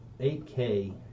8K